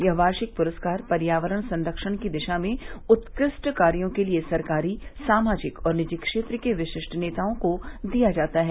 यह वार्षिक पुरस्कार पर्यावरण संख्य की दिशा में उत्कृष्ट कार्यो के लिये सरकारी सामाजिक और निजी क्षेत्र के विशिष्ट नेताओं को दिया जाता है